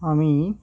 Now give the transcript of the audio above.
আমি